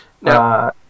now